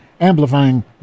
amplifying